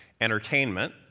entertainment